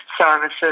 services